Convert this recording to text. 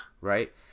Right